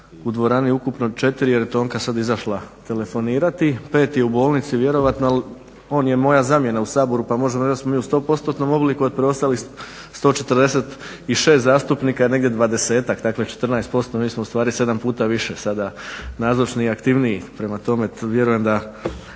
u dvorani ukupno 4 jer je Tonka sad izašla telefonirati, 5 je u bolnici vjerovatno ali on je moja zamjena u Saboru pa možemo reć da smo mi u sto postotnom obliku od preostalih 146 zastupnika negdje je 20-tak, dakle 14%, mi smo ustvari 7 puta više sada nazočni i aktivniji. Prema tome vjerujem da